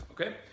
okay